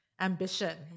Ambition